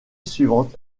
suivante